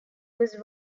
was